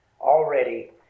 already